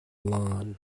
lawn